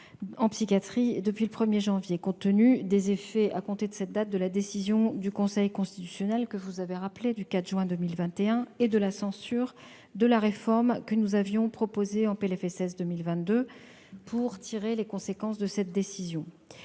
en psychiatrie depuis le 1 janvier. Compte tenu des effets à compter de cette date de la décision du Conseil constitutionnel du 4 juin 2021 et de la censure de la réforme que nous avions proposée dans le cadre du PLFSS pour 2022 pour tirer les conséquences de cette décision,